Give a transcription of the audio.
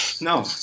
No